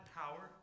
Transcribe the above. power